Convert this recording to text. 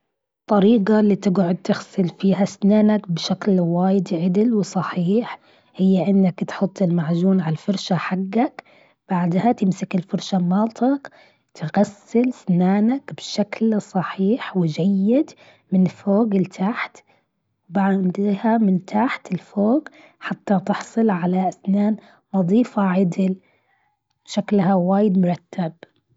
طريقة اللي تقعد تغسل فيها سنانك بشكل وايد عدل وصحيح هي إنك تحط المعجون عالفرشة حقك بعدها تمسك الفرشة مالتك تغسل اسنانك بشكل صحيح وجيد من فوق لتحت وبعدها من تحت لفوق حتى تحصل على اتنين أضيفة عدل. شكلها وايد مرتب.